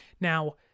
Now